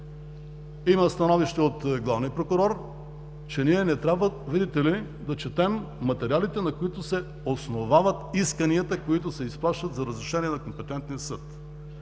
има становище от главния прокурор, че ние, видите ли, не трябва да четем материалите, на които се основават исканията, които се изпращат за разрешение на компетентния съд.